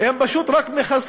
הם רק מחזקים